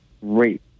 great